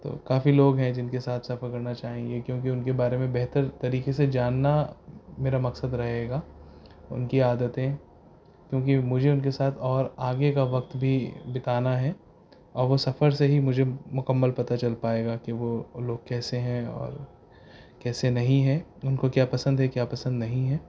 تو کافی لوگ ہیں جن کے ساتھ سفر کرنا چاہیں گے کیونکہ ان کے بارے میں بہتر طریقے سے جاننا میرا مقصد رہے گا ان کی عادتیں کیونکہ مجھے ان کے ساتھ اور آگے کا وقت بھی بتانا ہے اور وہ سفر سے ہی مجھے مکمل پتا چل پائے گا کہ وہ لوگ کیسے ہیں اور کیسے نہیں ہیں ان کو کیا پسند ہے کیا پسند نہیں ہے